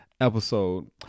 episode